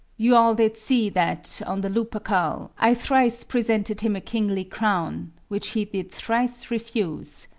you all did see, that, on the lupercal, i thrice presented him a kingly crown, which he did thrice refuse.